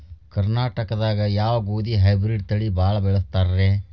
ಕರ್ನಾಟಕದಾಗ ಯಾವ ಗೋಧಿ ಹೈಬ್ರಿಡ್ ತಳಿ ಭಾಳ ಬಳಸ್ತಾರ ರೇ?